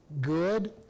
good